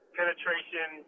penetration